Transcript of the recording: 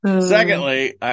Secondly